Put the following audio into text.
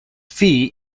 fee